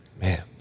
man